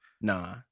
Nah